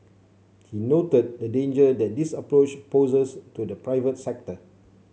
he noted the danger that this approach poses to the private sector